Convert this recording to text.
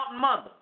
mother